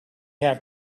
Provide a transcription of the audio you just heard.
have